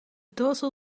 dorsal